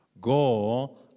Go